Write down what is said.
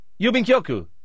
Yubinkyoku